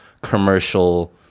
commercial